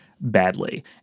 badly